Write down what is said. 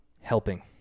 helping